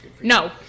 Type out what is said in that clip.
No